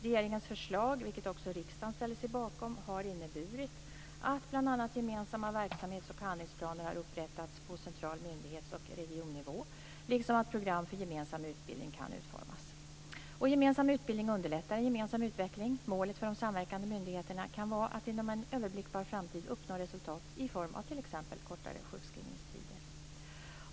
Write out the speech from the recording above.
Regeringens förslag, vilket också riksdagen ställde sig bakom, har inneburit att bl.a. gemensamma verksamhets och handlingsplaner har upprättats på central myndighets och regionnivå liksom att program för gemensam utbildning kan utformas. Gemensam utbildning underlättar gemensam utveckling. Målet för de samverkande myndigheterna kan vara att inom en överblickbar framtid uppnå resultat i form av t.ex. kortare sjukskrivningstider.